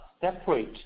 separate